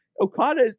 Okada